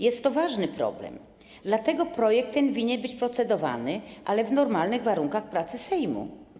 Jest to ważny problem, dlatego ten projekt winien być procedowany, ale w normalnych warunkach pracy Sejmu.